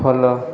follow